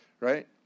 Right